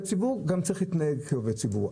ציבור הוא צריך גם להתנהג כעובד ציבור.